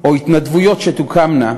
או התנדבויות שתוקמנה